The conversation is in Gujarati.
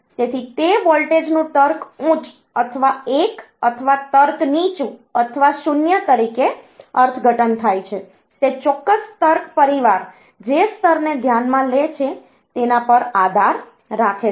તેથી તે વોલ્ટેજનું તર્ક ઉચ્ચ અથવા 1 અથવા તર્ક નીચું અથવા 0 તરીકે અર્થઘટન થાય છે તે ચોક્કસ તર્ક પરિવાર જે સ્તરને ધ્યાનમાં લે છે તેના પર આધાર રાખે છે